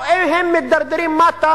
או אם הם מתדרדרים מטה